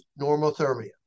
normothermia